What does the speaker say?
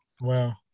Wow